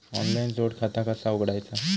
Online जोड खाता कसा उघडायचा?